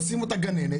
עושים אותה גננת,